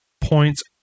points